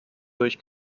durch